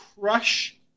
crush